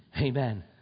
Amen